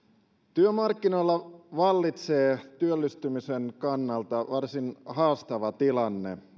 työmarkkinoilla vallitsee työllistymisen kannalta varsin haastava tilanne